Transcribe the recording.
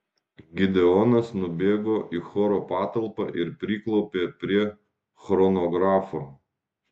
gideonas nubėgo į choro patalpą ir priklaupė prie chronografo